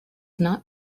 not